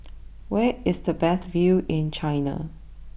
where is the best view in China